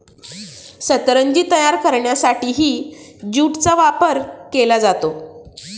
सतरंजी तयार करण्यासाठीही ज्यूटचा वापर केला जातो